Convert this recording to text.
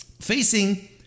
facing